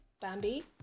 Bambi